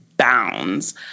bounds